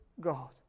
God